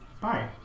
Bye